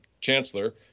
chancellor